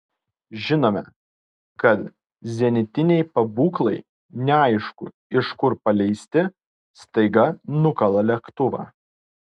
žinome kad zenitiniai pabūklai neaišku iš kur paleisti staiga nukala lėktuvą